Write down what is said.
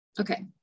Okay